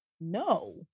No